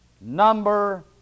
number